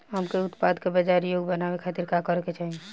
हमके उत्पाद के बाजार योग्य बनावे खातिर का करे के चाहीं?